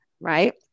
Right